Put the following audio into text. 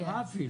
קצרה אפילו.